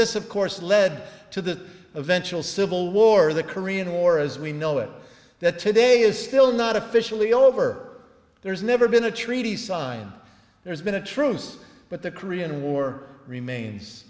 this of course led to the eventual civil war the korean war as we know it that today is still not officially over there's never been a treaty signed there's been a truce but the korean war remains